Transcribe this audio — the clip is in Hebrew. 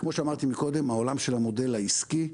וכמו שאמרתי קודם, העולם של המודל העסקי,